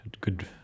good